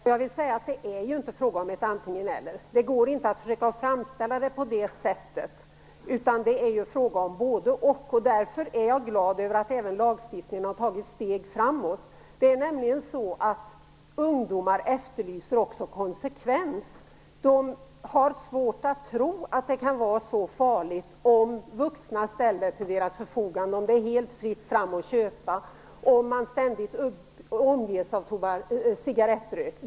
Herr talman! Det är ju inte fråga om ett antingeneller. Det går inte att försöka framställa det på detta sätt. Det är ju fråga om ett både-och. Därför är jag glad över att man även inom lagstiftningen har tagit ett steg framåt. Ungdomar efterlyser nämligen också konsekvens. De har svårt att tro att det kan vara så farligt om det är helt fritt fram att köpa cigaretter och om man ständigt omges av cigarettrök.